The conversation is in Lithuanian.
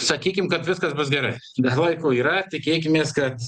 sakykim kad viskas bus gerai da laiko yra tikėkimės kad